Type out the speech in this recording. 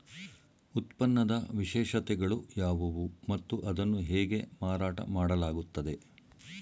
ಉತ್ಪನ್ನದ ವಿಶೇಷತೆಗಳು ಯಾವುವು ಮತ್ತು ಅದನ್ನು ಹೇಗೆ ಮಾರಾಟ ಮಾಡಲಾಗುತ್ತದೆ?